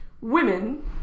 Women